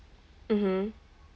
mmhmm